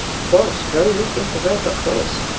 close! very weak infra-red. but close.